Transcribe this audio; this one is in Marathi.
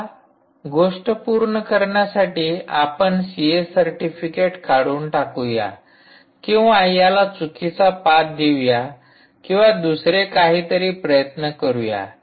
आता गोष्ट पूर्ण करण्यासाठी आपण सीए सर्टिफिकेट काढून टाकूया किंवा याला चुकीचा पाथ देऊया किंवा दुसरे काहीतरी प्रयत्न करूया